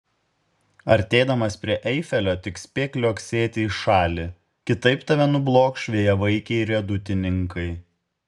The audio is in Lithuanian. artėdamas prie eifelio tik spėk liuoksėti į šalį kitaip tave nublokš vėjavaikiai riedutininkai